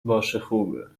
باشهخوبه